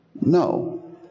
No